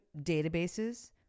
databases